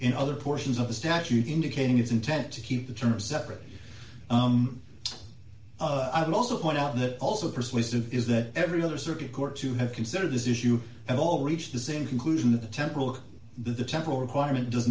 in other portions of the statute indicating its intent to keep the term separate i'd also point out that also persuasive is that every other circuit court to have considered this issue at all reached the same conclusion that the temple of the temple requirement does